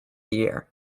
year